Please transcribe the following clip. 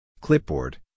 Clipboard